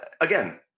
again